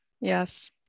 Yes